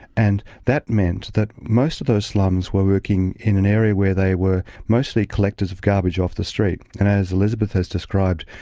and that meant that most of those slums were working in an area where they were mostly collectors of garbage off the street. and as elizabeth has described,